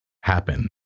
happen